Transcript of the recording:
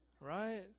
right